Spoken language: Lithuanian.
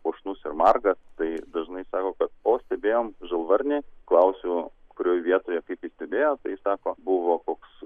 puošnus ir margas tai dažnai sako kad o sėdėjom žalvarnį klausiu kurioj vietoje kaip jį stebėjo tai sako buvo koks